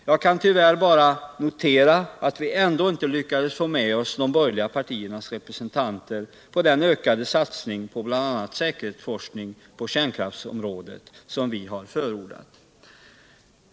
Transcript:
Jag kan tyvärr bara notera att vi inte lyckades få med oss de borgerliga partiernas representanter på en ökad satsning på bl.a. den säkerhetsforskning på kärnkraftsområdet som vi förordat.